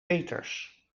peeters